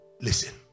listen